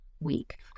week